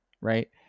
right